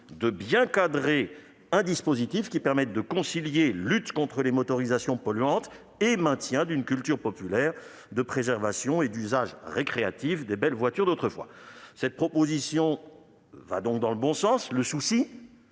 rigoureuse, un dispositif permettant de concilier lutte contre les motorisations polluantes et maintien d'une culture populaire de préservation et d'usage récréatif des belles voitures d'autrefois. Cette proposition de loi va donc dans le bon sens. Le souci